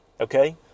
okay